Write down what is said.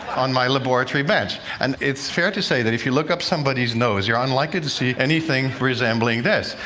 on my laboratory bench. and it's fair to say that if you look up somebody's nose, you're unlikely to see anything resembling this.